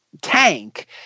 Tank